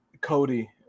Cody